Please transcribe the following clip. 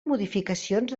modificacions